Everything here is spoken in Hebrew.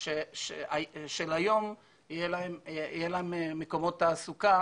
של היום, יהיו להם מקומות תעסוקה